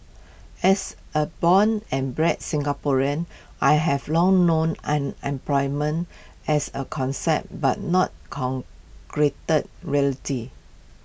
as A born and bred Singaporean I have long known unemployment as A concept but not concrete reality